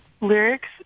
lyrics